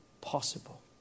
possible